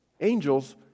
angels